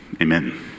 Amen